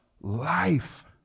life